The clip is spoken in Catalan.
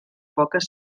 poques